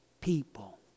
people